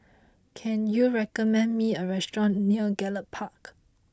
can you recommend me a restaurant near Gallop Park